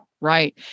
right